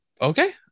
Okay